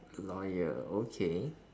lawyer okay